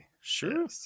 sure